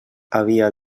havia